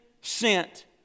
sent